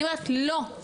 אני אומרת לא,